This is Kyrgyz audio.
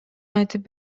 айтып